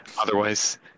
otherwise